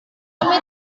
harus